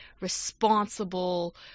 responsible